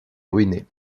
ruinée